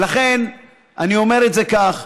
ולכן, אני אומר את זה כך: